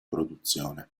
produzione